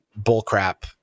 bullcrap